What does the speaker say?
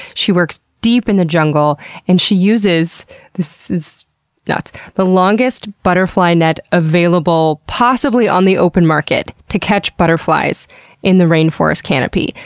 she works deep in the jungle and she uses this is nuts the longest butterfly net available, possibly on the open market, to catch butterflies in the rainforest canopy.